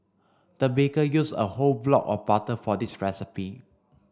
the baker used a whole block of butter for this recipe